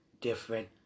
different